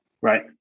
right